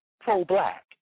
pro-black